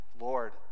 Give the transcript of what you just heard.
Lord